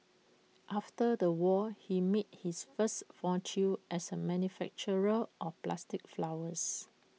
after the war he made his first fortune as A manufacturer of plastic flowers